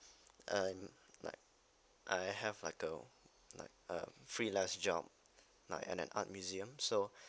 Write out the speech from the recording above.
I'm like I have like a like a freelance job like an art museum so